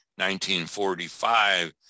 1945